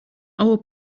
our